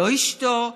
לא אשתו,